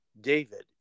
David